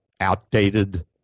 outdated